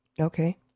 Okay